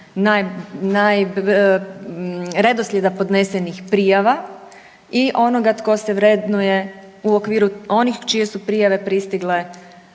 redoslijeda podnesenih prijava i onoga tko se vrednuje u okviru onih čije su prijave pristigle